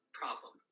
problem